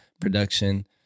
production